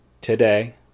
today